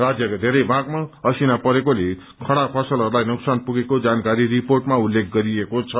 राज्यका धेरै भागमा असिना परेकोले खड़ा फसलहरूलाई नोकसान पुगेको जानकारी रिपोर्टमा उल्लेख गरिएको छ